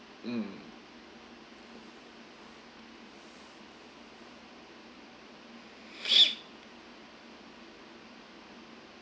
mm